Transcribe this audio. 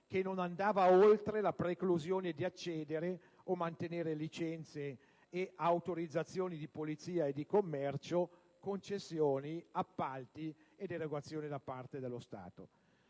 che non andava oltre la preclusione di accedere o mantenere licenze e autorizzazioni di polizia e di commercio, concessioni, appalti ed erogazioni da parte dello Stato.